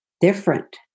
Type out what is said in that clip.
different